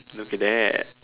look at that